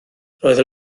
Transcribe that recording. roedd